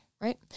Right